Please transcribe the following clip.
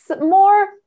more